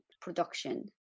production